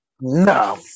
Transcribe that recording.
No